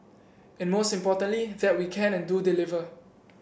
and most importantly that we can and do deliver